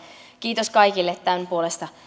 kiitos kaikille tämän puolesta